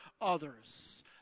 others